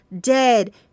dead